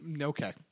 Okay